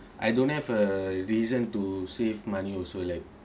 I don't have a reason to save money also like